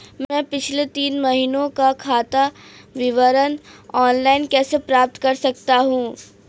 मैं पिछले तीन महीनों का खाता विवरण ऑनलाइन कैसे प्राप्त कर सकता हूं?